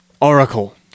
Oracle